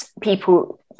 people